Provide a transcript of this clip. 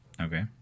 Okay